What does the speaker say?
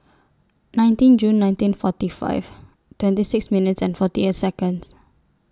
nineteen June nineteen forty five twenty six minutes and forty eight Seconds